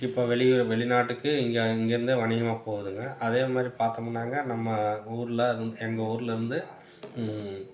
இப்போ வெளியூர் வெளிநாட்டுக்கு இங்கே இங்கேருந்தே வணிகமாக போதுங்க அதேமாதிரி பாத்தோமுனாங்க நம்ம ஊரில் எங்கள் ஊரில் இருந்து